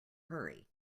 hurry